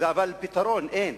אבל פתרון אין.